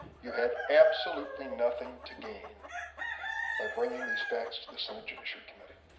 you have absolutely nothing to gain by bringing these facts to the senate judiciary committee.